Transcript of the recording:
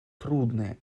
трудные